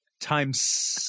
times